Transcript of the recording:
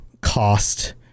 cost